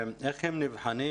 איך הם נבחנים?